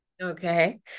Okay